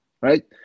right